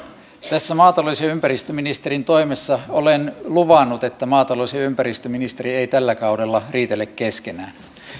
tässä maatalous ja ympäristöministerin toimessa olen luvannut että maatalous ja ympäristöministeri eivät tällä kaudella riitele keskenään